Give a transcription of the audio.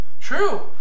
True